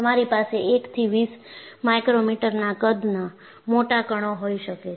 તમારી પાસે 1 થી 20 માઇક્રોમીટરના કદના મોટા કણો હોઈ શકે છે